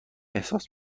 احساس